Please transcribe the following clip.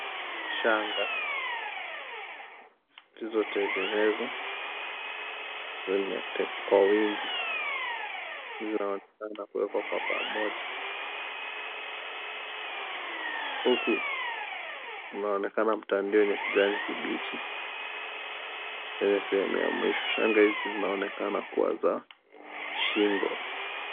Shanga zilizotengenezwa zenye te kwa wingi zinaonekana kuwekwa kwa pamoja. Huku kunaonekana mtandio yenye kijani kibichi kwenye sehemu ya mwisho. Shanga hizi zinaonekana kuwa za shingo.